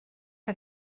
que